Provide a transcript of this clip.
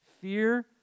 Fear